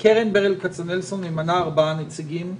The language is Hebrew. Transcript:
קרן ברל כצנלסון ממנה ארבעה נציגים למועצה,